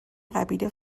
قبیله